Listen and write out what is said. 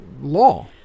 law